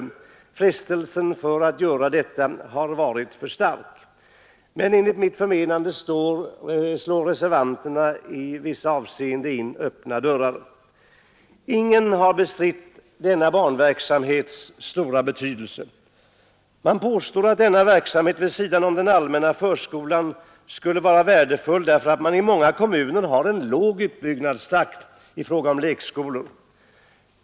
Frestelsen att göra detta har varit för stark. Men enligt mitt förmenande slår reservanterna i vissa avseenden in öppna dörrar. Ingen har bestritt denna barnverksamhets stora betydelse. Man påstår att denna verksamhet vid sidan om den allmänna förskolan skulle vara värdefull därför att man i många kommuner har en låg utbyggnadstakt i fråga om lekskolor.